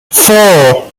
four